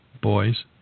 boys